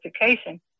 education